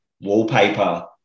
wallpaper